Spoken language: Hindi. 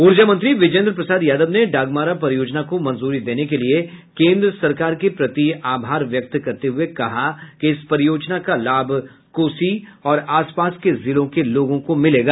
ऊर्जा मंत्री बिजेन्द्र प्रसाद यादव ने डागमारा परियोजना को मंजूरी देने के लिए केन्द्र सरकार के प्रति आभार व्यक्त करते हुये कहा कि इस परियोजना का लाभ कोसी और आस पास के जिलों के लोगों को मिलेगा